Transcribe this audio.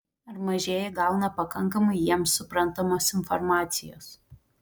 ar mažieji gauna pakankamai jiems suprantamos informacijos